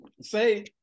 say